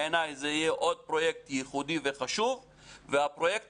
שבעיני יהיה פרויקט ייחודי וחשוב והפרויקט